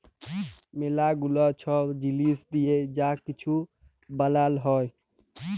ম্যালা গুলা ছব জিলিস দিঁয়ে যা কিছু বালাল হ্যয়